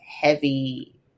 heavy